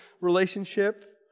relationship